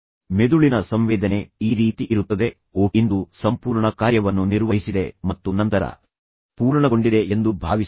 ಮೆದುಳಿನ ಸಂವೇದನೆ ಈ ರೀತಿ ಇರುತ್ತದೆ ಓಹ್ ಇಂದು ಸಂಪೂರ್ಣ ಕಾರ್ಯವನ್ನು ನಿರ್ವಹಿಸಿದೆ ಮತ್ತು ನಂತರ ಪೂರ್ಣಗೊಂಡಿದೆ ಎಂದು ಭಾವಿಸುತ್ತದೆ